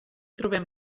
trobam